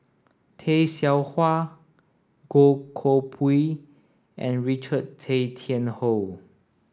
Tay Seow Huah Goh Koh Pui and Richard Tay Tian Hoe